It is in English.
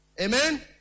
Amen